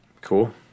Cool